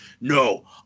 No